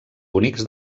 bonics